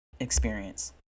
Experience